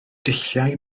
dulliau